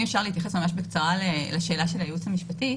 אם אפשר להתייחס ממש בקצרה לשאלה של הייעוץ המשפטי.